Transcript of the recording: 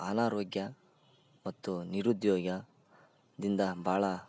ಅನಾರೋಗ್ಯ ಮತ್ತು ನಿರುದ್ಯೋಗದಿಂದ ಭಾಳ